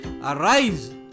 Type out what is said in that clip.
Arise